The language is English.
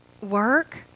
work